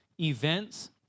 events